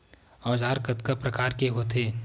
औजार कतना प्रकार के होथे?